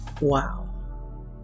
Wow